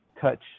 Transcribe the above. touch